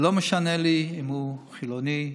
ולא משנה לי אם הוא חילוני,